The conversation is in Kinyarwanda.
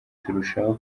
turushaho